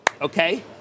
okay